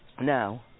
now